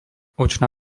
očná